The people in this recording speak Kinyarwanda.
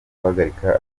guhagarika